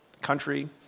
country